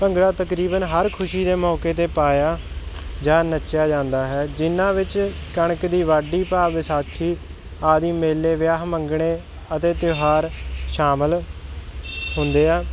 ਭੰਗੜਾ ਤਕਰੀਬਨ ਹਰ ਖੁਸ਼ੀ ਦੇ ਮੌਕੇ 'ਤੇ ਪਾਇਆ ਜਾਂ ਨੱਚਿਆ ਜਾਂਦਾ ਹੈ ਜਿਨ੍ਹਾਂ ਵਿੱਚ ਕਣਕ ਦੀ ਵਾਢੀ ਭਾਵ ਵਿਸਾਖੀ ਆਦਿ ਮੇਲੇ ਵਿਆਹ ਮੰਗਣੇ ਅਤੇ ਤਿਉਹਾਰ ਸ਼ਾਮਿਲ ਹੁੰਦੇ ਆ